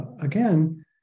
again